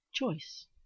choice